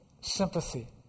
sympathy